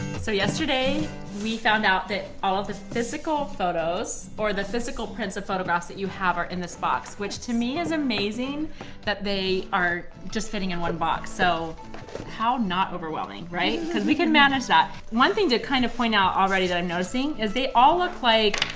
so yesterday we found out that all of the physical photos, or the physical prints of photographs that you have are in this box, which to me is amazing that they are just fitting in one box, so how not overwhelming, right? because we can manage that. one thing to kind of point out already that i'm noticing is that they all look like,